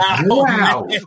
Wow